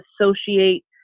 associate